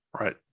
Right